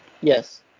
Yes